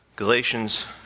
Galatians